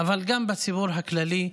אבל גם בציבור הכללי,